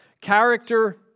character